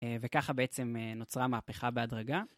וככה בעצם נוצרה מהפכה בהדרגה.